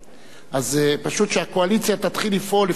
אז פשוט שהקואליציה תתחיל לפעול לפני שאתה עולה.